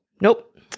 nope